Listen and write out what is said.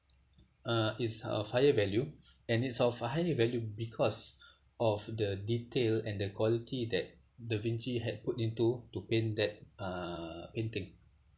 uh is of higher value and it's of a higher value because of the detail and the quality that da vinci had put into to paint that uh painting